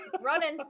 running